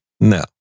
No